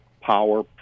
Power